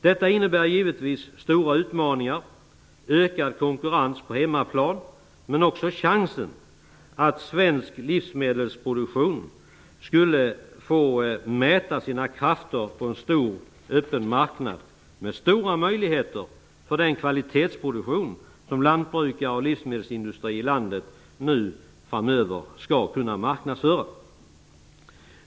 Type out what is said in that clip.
Detta innebar givetvis stora utmaningar, ökad konkurrens på hemmaplan men också chansen för svensk livsmedelsproduktion att få mäta sina krafter på en stor öppen marknad med stora möjligheter för den kvalitetsproduktion som lantbrukare och livsmedelsindustri i landet nu framöver skall kunna marknadsföra.